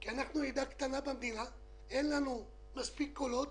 כי אנחנו עדה קטנה במדינה, אין לנו מספיק קולות,